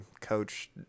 coach